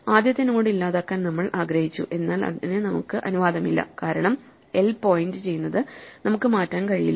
ആദ്യത്തെ നോഡ് ഇല്ലാതാക്കാൻ നമ്മൾ ആഗ്രഹിച്ചു എന്നാൽ അതിനു നമുക്ക് അനുവാദമില്ല കാരണം എൽ പോയിന്റ് ചെയ്യുന്നത് നമുക്ക് മാറ്റാൻ കഴിയില്ല